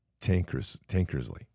Tankersley